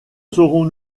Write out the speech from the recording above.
serons